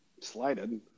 slighted